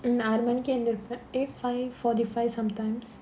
mm hmm ஆறு மணிக்கு எந்திரிப்பேன்:aaru manikku endhirippaen five forty five sometimes